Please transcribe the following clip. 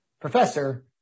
professor